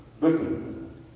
Listen